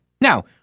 Now